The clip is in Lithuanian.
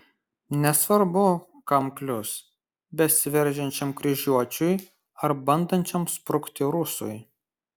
nesvarbu kam klius besiveržiančiam kryžiuočiui ar bandančiam sprukti rusui